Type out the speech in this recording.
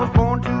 ah mon